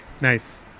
Nice